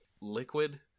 liquid